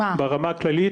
ברמה הכללית,